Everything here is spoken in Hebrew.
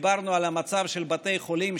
דיברנו על המצב של בתי חולים,